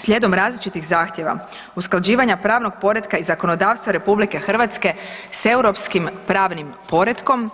Slijedom različitih zahtjeva, usklađivanja pravnog poretka i zakonodavstva RH s europskim pravnim poretkom